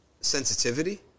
sensitivity